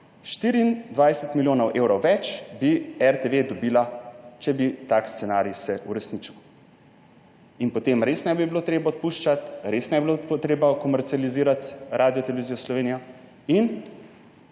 24 milijonov evrov več bi RTV dobila, če bi se tak scenarij uresničil. In potem res ne bi bilo treba odpuščati, res ne bi bilo treba komercializirati Radiotelevizije Slovenija in